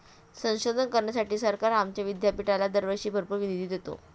संशोधन करण्यासाठी सरकार आमच्या विद्यापीठाला दरवर्षी भरपूर निधी देते